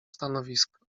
stanowisko